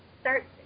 start